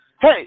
hey